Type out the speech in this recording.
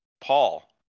Paul